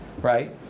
right